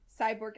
Cyborg